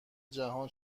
جهان